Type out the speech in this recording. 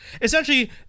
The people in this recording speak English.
essentially